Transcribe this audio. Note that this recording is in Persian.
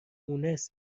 مونس